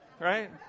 right